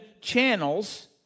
channels